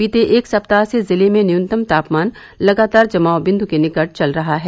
बीते एक सप्ताह से जिले में न्यूनतम तापमान लगातार जमाव बिन्दु के निकट चल रहा है